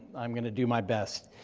i'm gonna do my best.